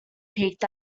peaked